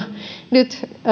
nyt